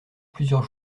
plusieurs